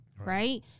right